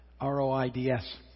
R-O-I-D-S